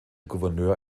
gouverneur